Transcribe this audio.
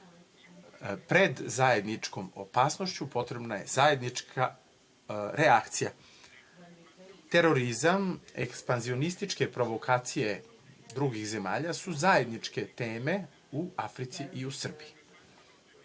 pred zajedničkom opasnošću, potrebna je zajednička reakcija. Terorizam, eskpanzionističke provokacije drugih zemalja su zajedničke teme u Africi i u Srbiji. Ja